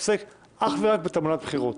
עוסק אך ורק בתעמולת בחירות.